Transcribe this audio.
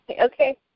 Okay